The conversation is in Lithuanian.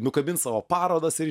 nukabins savo parodas ir